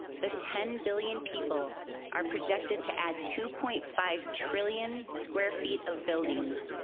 the ten billion people are projected to add two point five trillion square feet of buildings,